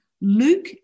Luke